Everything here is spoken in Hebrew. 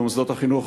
במוסדות החינוך,